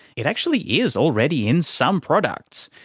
it actually is already in some products,